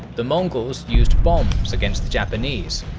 the mongols used bombs against the japanese.